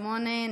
שמונה,